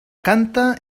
canta